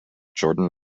jordan